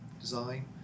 design